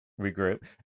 regroup